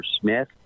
Smith